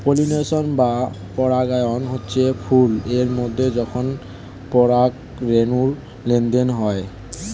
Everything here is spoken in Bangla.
পলিনেশন বা পরাগায়ন হচ্ছে ফুল এর মধ্যে যখন পরাগ রেণুর লেনদেন হয়